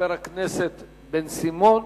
חבר הכנסת בן-סימון,